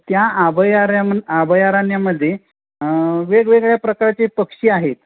त्या अभयारम अभयारण्यामध्ये वेगवेगळ्या प्रकारचे पक्षी आहे